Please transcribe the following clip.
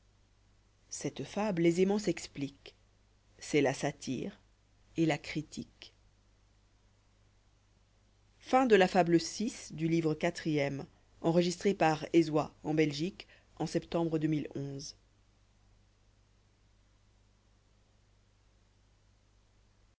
cette fable aisément s'explique c'est la satire et la critique